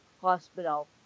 Hospital